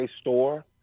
store